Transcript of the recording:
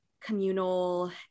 communal